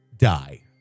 die